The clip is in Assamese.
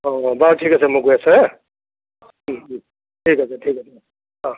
অঁ বাৰু ঠিক আছে মই গৈ আছো হাঁ ঠিক আছে ঠিক আছে অঁ